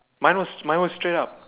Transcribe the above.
mine was mine was straight up